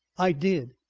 i did.